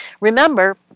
remember